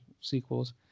sequels